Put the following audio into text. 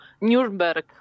Nuremberg